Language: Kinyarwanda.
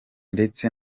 ndetse